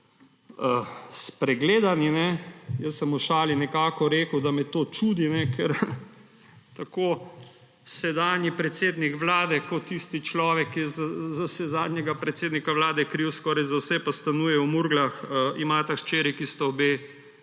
spregledani. Jaz sem v šali rekel, da me to čudi, ker imata tako sedanji predsednik Vlade kot tisti človek, ki je vsaj za zadnjega predsednika Vlade kriv skoraj za vse pa stanuje v Murglah, hčeri, ki sta obe